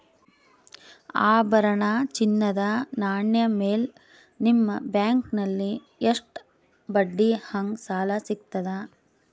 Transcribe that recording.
ಆಭರಣ, ಚಿನ್ನದ ನಾಣ್ಯ ಮೇಲ್ ನಿಮ್ಮ ಬ್ಯಾಂಕಲ್ಲಿ ಎಷ್ಟ ಬಡ್ಡಿ ಹಂಗ ಸಾಲ ಸಿಗತದ?